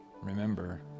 remember